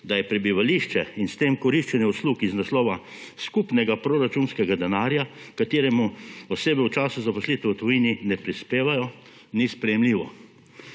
da je prebivališče in s tem koriščenje uslug iz naslova skupnega proračunskega denarja, h kateremu osebe v času zaposlitve v tujini ne prispevajo, ni sprejemljivo.